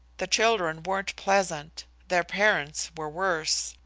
the children weren't pleasant, their parents were worse.